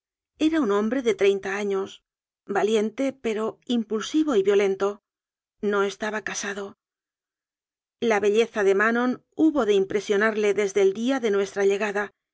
era un hombre de trein ta años valiente pero impulsivo y violento no estaba casado la belleza de manon hubo de im presionarle desde el día de nuestra llegada